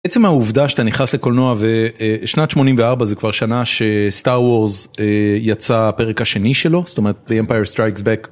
עצם העובדה שאתה נכנס לקולנוע ושנת 84 זה כבר שנה שסטאר וורז יצא הפרק השני שלו זאת אומרת the empire strikes back.